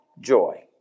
Joy